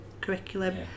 curriculum